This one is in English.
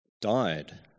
died